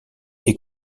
est